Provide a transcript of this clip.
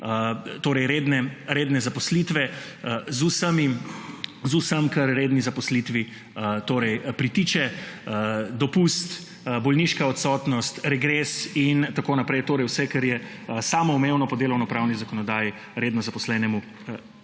obliki redne zaposlitve z vsem, kar redni zaposlitvi torej pritiče: dopust, bolniška odsotnost, regres in tako naprej, torej vse, kar je samoumevno po delovnopravni zakonodaji redno zaposlenemu delavcu.